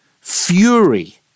fury